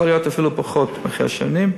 יכול להיות אפילו בפחות מחמש שנים,